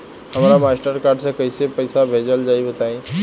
हमरा Mastercard से कइसे पईसा भेजल जाई बताई?